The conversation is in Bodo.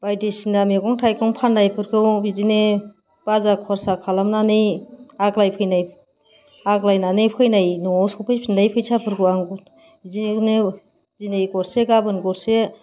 बायदिसिना मैंगं थायगं फाननायफोरखौ बिदिनो बाजार खरसा खालामनानै आग्लायफैनाय आग्लायनानै फैनाय न'आव सौफैफिननाय फैसाफोरखौ आं बिदिनो दिनै गरसे गाबोन गरसे